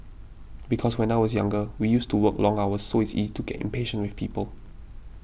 because when I was younger we used to work long hours so it's easy to get impatient with people